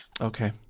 Okay